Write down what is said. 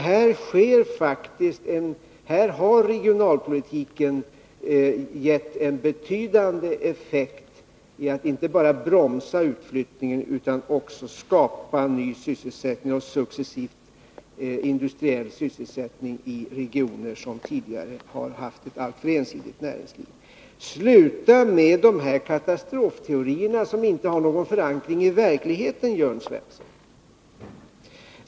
Här har regionalpolitiken gett en betydande effekt genom att inte bara bromsa utflyttningen utan också genom att successivt skapa ny industriell sysselsättning i regioner som tidigare har haft ett alltför ensidigt näringsliv. Sluta med dessa katastrofteorier, som inte har någon förankring i verkligheten, Jörn Svensson!